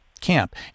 camp